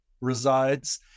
resides